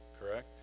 correct